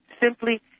simply